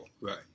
Right